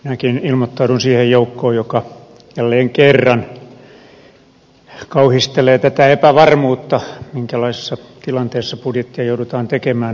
minäkin ilmoittaudun siihen joukkoon joka jälleen kerran kauhistelee tätä epävarmuutta minkälaisessa tilanteessa budjettia joudutaan tekemään